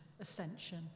ascension